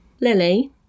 Lily